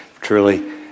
truly